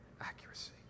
accuracy